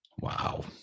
Wow